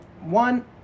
One